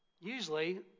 Usually